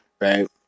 right